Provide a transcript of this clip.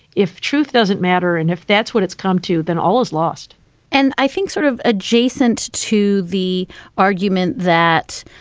if truth doesn't matter and if that's what it's come to, then all is lost and i think sort of adjacent to the argument that,